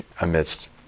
amidst